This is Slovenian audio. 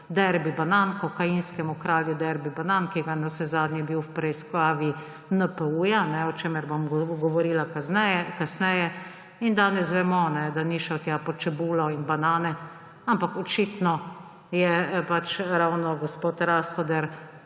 Derby banan, kokainskemu kralju Derby banan, ki je bil navsezadnje v preiskavi NPU, o čemer bom govorila kasneje. In danes vemo, da ni šel tja po čebulo in banane, ampak očitno je pač ravno gospod Rastoder